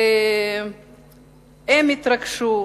והן התרגשו,